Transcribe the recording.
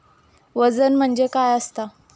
वजन म्हणजे काय असता?